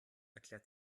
erklärt